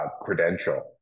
credential